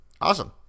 awesome